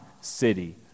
city